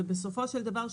בסופו של דבר,